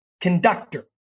conductor